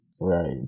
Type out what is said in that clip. Right